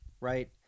Right